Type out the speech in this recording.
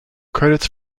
credits